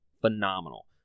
phenomenal